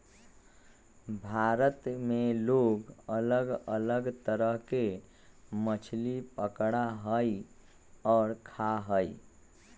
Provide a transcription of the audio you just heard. भारत में लोग अलग अलग तरह के मछली पकडड़ा हई और खा हई